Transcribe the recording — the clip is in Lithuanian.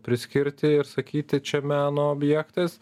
priskirti ir sakyti čia meno objektas